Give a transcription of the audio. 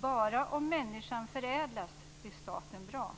Bara om människan förädlas blir staten bra.